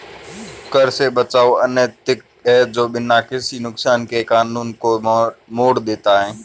कर से बचाव अनैतिक है जो बिना किसी नुकसान के कानून को मोड़ देता है